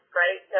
right